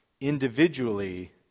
individually